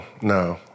no